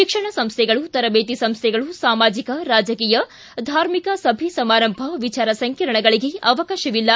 ಶಿಕ್ಷಣ ಸಂಸ್ಥೆಗಳು ತರಬೇತಿ ಸಂಸ್ಥೆಗಳು ಸಾಮಾಜಿಕ ರಾಜಕೀಯ ಧಾರ್ಮಿಕ ಸಭೆ ಸಮಾರಂಭ ವಿಚಾರ ಸಂಕಿರಣಗಳಗೆ ಅವಕಾಶವಿಲ್ಲ